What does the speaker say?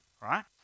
right